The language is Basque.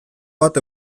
bat